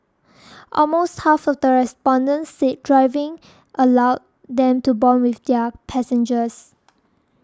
almost half of the respondents said driving allowed them to bond with their passengers